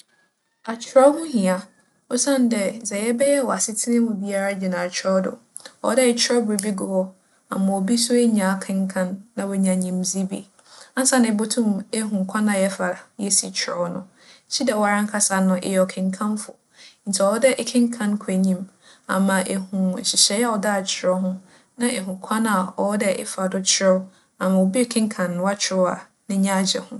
Akyerɛw ho hia osiandɛ dza yɛbɛyɛ wͻ asetsena mu biara gyina akyerɛw do. ͻwͻ dɛ ekyerɛw biribi gu hͻ ama obi so enya akenkan na oeenya nyimdzee bi. Ansaana ibotum ehu kwan a yɛfa - yesi kyerɛw no, gyedɛ woarankasa no, eyɛ ͻkenkanfo. Ntsi ͻwͻ dɛ ekenkan kͻ enyim ama ehu nhyehyɛɛ a ͻda akyerɛw ho. Na ehu kwan a ͻwͻ dɛ efa do kyerɛw ama obi kenkan w'akyerɛw a, n'enyi agye ho.